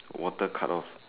water cut off